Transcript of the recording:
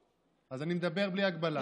אז אני מדבר בלי הגבלה.